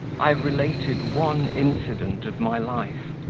i have related one incident of my life.